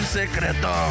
secreto